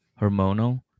hormonal